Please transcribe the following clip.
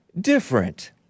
different